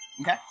Okay